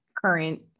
current